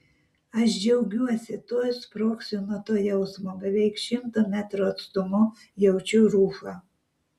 aš džiaugiuosi tuoj sprogsiu nuo to jausmo beveik šimto metrų atstumu jaučiu rufą